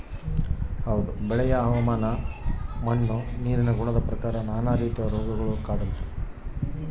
ಬೆಳೆಯ ಹವಾಮಾನ ಮಣ್ಣು ನೀರಿನ ಗುಣದ ಪ್ರಕಾರ ನಾನಾ ರೀತಿಯ ರೋಗ ಕಾಡ್ತಾವೆ